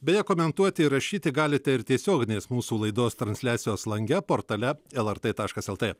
beje komentuoti rašyti galite ir tiesioginės mūsų laidos transliacijos lange portale lrt taškas lt